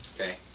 okay